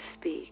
speak